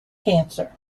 cancer